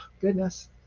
goodness